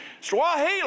Swahili